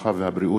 הרווחה והבריאות.